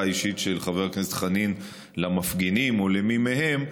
האישית של חבר הכנסת חנין למפגינים או למי מהם,